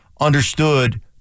understood